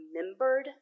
remembered